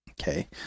Okay